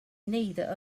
neither